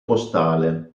postale